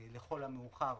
לכל המאוחר